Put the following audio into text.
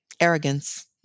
Arrogance